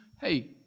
hey